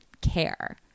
care